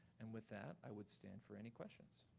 and with that, i would stand for any questions.